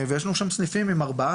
יש לנו סניפים עם ארבע,